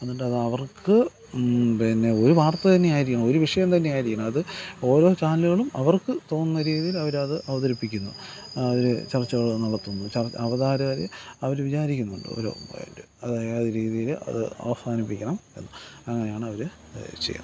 എന്നിട്ട് അതവർക്ക് പിന്നെ ഒരു വാർത്ത തന്നെ ആയിരിക്കും ഒരു വിഷയം തന്നെ ആയിരിക്കണം അത് ഓരോ ചാനലുകളും അവർക്ക് തോന്നുന്ന രീതിയിൽ അവർ അത് അവതരിപ്പിക്കുന്നു അവർ ചർച്ചകൾ നടത്തുന്നു അവതാരകർ അവർ വിചാരിക്കുന്നുണ്ട് ഓരോ അത് ഏത് രീതിയിൽ അത് അവസാനിപ്പിക്കണം എന്ന് അങ്ങനെയാണവർ ഇത് ചെയ്യുന്നത്